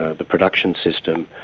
ah the production system,